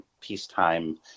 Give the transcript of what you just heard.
peacetime